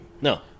No